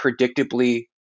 predictably